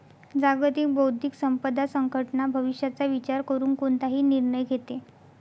जागतिक बौद्धिक संपदा संघटना भविष्याचा विचार करून कोणताही निर्णय घेते